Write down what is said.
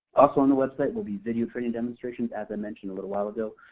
also, on the website will be video training demonstrations as i mentioned a little while ago.